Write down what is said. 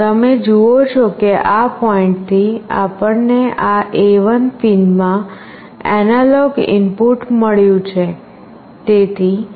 તમે જુઓ છો કે આ પૉઇન્ટ થી આપણને આ A1 પિનમાં એનાલોગ ઇનપુટ મળ્યું છે